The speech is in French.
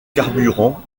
carburant